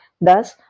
Thus